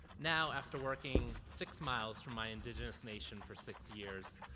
now, after working six miles from by indigenous nation for six years,